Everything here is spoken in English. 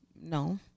No